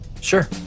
sure